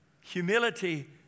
Humility